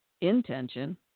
intention